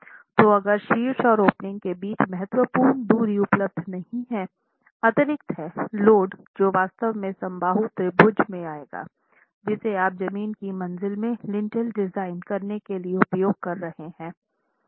तो अगर शीर्ष और ओपनिंग के बीच महत्वपूर्ण दूरी उपलब्ध नहीं है अतिरिक्त है लोड जो वास्तव में समबाहु त्रिभुज में आएगा जिसे आप जमीन की मंज़िल में लिंटेल डिज़ाइन करने के लिए उपयोग कर रहे हैं